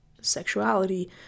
sexuality